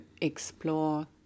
explore